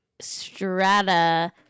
strata